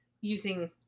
using